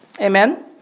Amen